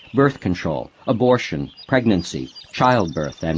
birth control, abortion, pregnancy, childbirth, and